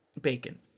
bacon